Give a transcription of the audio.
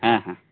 হ্যাঁ হ্যাঁ